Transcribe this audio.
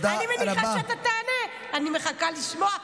אני מניחה שאתה תענה, אני מחכה לשמוע.